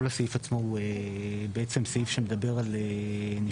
כל הסעיף מדבר על נבצרות,